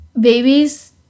babies